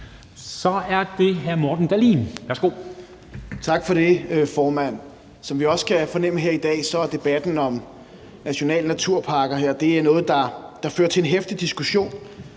Kl. 11:27 Morten Dahlin (V): Tak for det, formand. Som vi også kan fornemme her i dag, er debatten om naturnationalparker noget, der fører til en heftig diskussion.